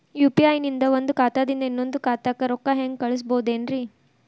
UPI ನಿಂದ ಒಂದ್ ಖಾತಾದಿಂದ ಇನ್ನೊಂದು ಖಾತಾಕ್ಕ ರೊಕ್ಕ ಹೆಂಗ್ ಕಳಸ್ಬೋದೇನ್ರಿ?